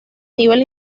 nivel